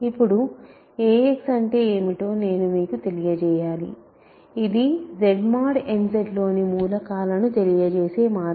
ఇప్పుడు ax అంటే ఏమిటో నేను మీకు తెలియజేయాలి ఇది Z mod n Z లోని మూలకాలను తెలియచేసే ఒక మార్గం